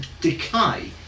decay